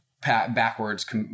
backwards